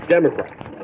Democrats